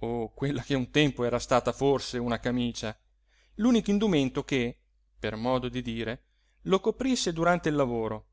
o quella che un tempo era stata forse una camicia l'unico indumento che per modo di dire lo coprisse durante il lavoro